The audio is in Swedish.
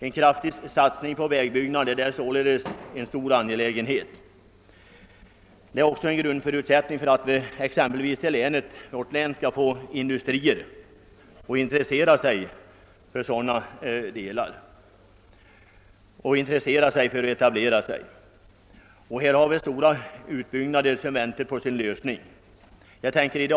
En kraftig satsning på vägbyggnader är alltså en av samhällets angelägnaste uppgifter. Det är också en grundförutsättning för att man skall få industrier att etablera sig i sådana delar av landet som exempelvis Värmland. Vi har i vårt län stora behov av utbyggnader som vi förväntar oss skall bli tillgodosedda.